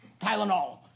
Tylenol